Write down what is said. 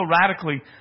radically